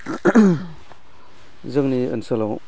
जोंनि ओनसोलाव